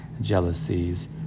jealousies